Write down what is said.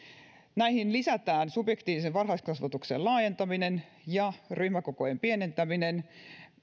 näihin lisätään subjektiivisen varhaiskasvatuksen laajentaminen ja ryhmäkokojen pienentäminen